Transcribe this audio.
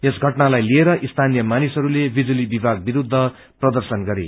यस घटनालाई लिएर स्थानीय मानिसहरूले विजूली विभाग विरूद्ध प्रर्दशन गरे